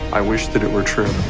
i wish that it were true.